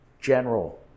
General